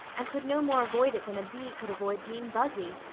and could no more avoid it than a bee could avoid being buzzy,